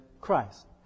Christ